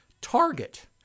target